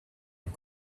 and